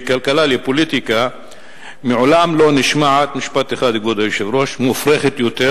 כלכלה לפוליטיקה מעולם לא נשמעה מופרכת יותר.